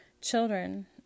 children